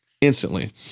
instantly